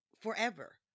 forever